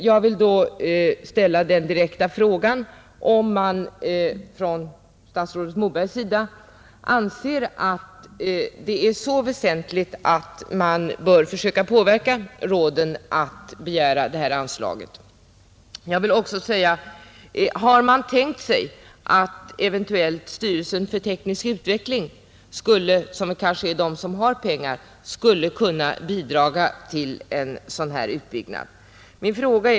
Jag vill då ställa den direkta frågan, om statsrådet Moberg anser att det är väsentligt att påverka råden att begära detta anslag. Men jag vill också fråga: Har man tänkt sig att styrelsen för teknisk utveckling, som kanske har pengar, eventuellt skulle kunna bidra till en sådan här ombyggnad?